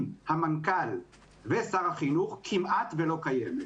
התקשורת עם המנכ"ל ושר החינוך, כמעט ולא קיימת.